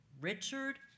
Richard